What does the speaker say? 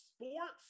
sports